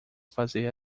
fazer